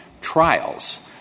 trials